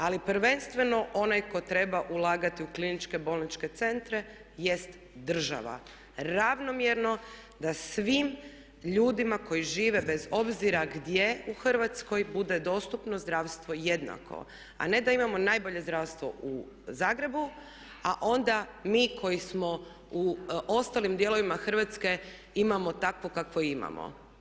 Ali prvenstveno onaj koji treba ulagati u KBC-ove jest država, ravnomjerno da svim ljudima koji žive bez obzira gdje u Hrvatskoj bude dostupno zdravstvo jednako a ne da imamo najbolje zdravstvo u Zagrebu a onda mi koji smo u ostalim dijelovima Hrvatske imamo takvo kakvo imamo.